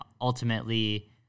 ultimately